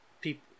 people